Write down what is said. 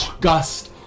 Gust